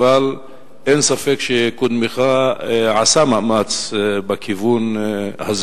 אבל אין ספק שקודמך עשה מאמץ בכיוון הזה.